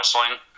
wrestling